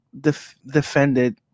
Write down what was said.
defended